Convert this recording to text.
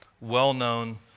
well-known